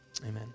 amen